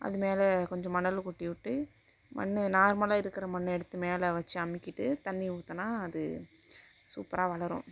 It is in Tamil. அதுமேலே கொஞ்சம் மணலை கொட்டிவிட்டு மண் நார்மலாக இருக்கிற மண்ணை எடுத்து மேலே வச்சு அமிக்கிட்டு தண்ணி ஊத்துனால் அது சூப்பராக வளரும்